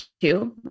two